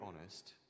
honest